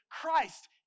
Christ